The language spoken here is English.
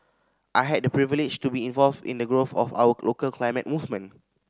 I had the privilege to be involved in the growth of our local climate movement